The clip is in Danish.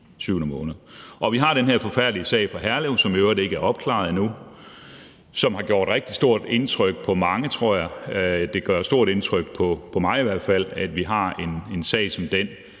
syvende måned. Vi har den her forfærdelige sag fra Herlev, som i øvrigt ikke er opklaret endnu, og som har gjort rigtig stort indtryk på mange, tror jeg. Det gør stort indtryk på mig i hvert fald, at vi har en sag som den,